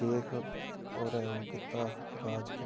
शेख होरें ओह् कीता राज कीता